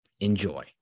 Enjoy